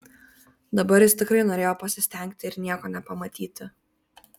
dabar jis tikrai norėjo pasistengti ir nieko nepamatyti